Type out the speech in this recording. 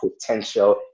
potential